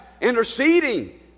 interceding